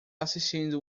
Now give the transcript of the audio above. assistindo